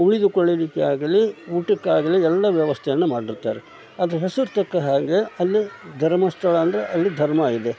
ಉಳಿದುಕೊಳ್ಳಲಿಕ್ಕೆ ಆಗಲೀ ಊಟಕ್ಕಾಗ್ಲಿ ಎಲ್ಲ ವ್ಯವಸ್ಥೆಯನ್ನು ಮಾಡಿರ್ತಾರೆ ಅದ್ರ ಹೆಸ್ರು ತಕ್ಕ ಹಾಗೆ ಅಲ್ಲಿ ಧರ್ಮಸ್ಥಳ ಅಂದರೆ ಅಲ್ಲಿ ಧರ್ಮ ಇದೆ